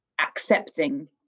accepting